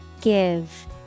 Give